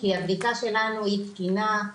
כי הבדיקה שלנו היא תקינה,